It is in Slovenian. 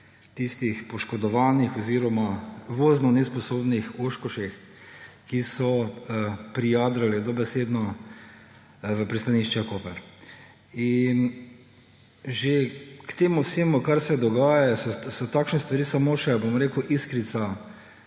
tistih poškodovanih oziroma vozno nesposobnih oshkoshih, ki so prijadrali dobesedno v pristanišče Koper. K temu vsemu, kar se dogaja, so takšne stvari samo še iskrica